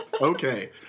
Okay